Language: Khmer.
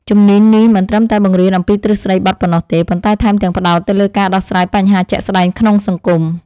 ជំនាញនេះមិនត្រឹមតែបង្រៀនអំពីទ្រឹស្តីបទប៉ុណ្ណោះទេ ប៉ុន្តែថែមទាំងផ្ដោតទៅលើការដោះស្រាយបញ្ហាជាក់ស្តែងក្នុងសង្គម។